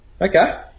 Okay